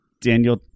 Daniel